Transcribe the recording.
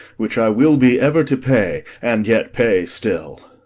which i will be ever to pay and yet pay still.